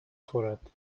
خورد